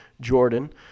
Jordan